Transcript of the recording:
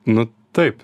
nu taip